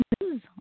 news